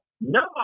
no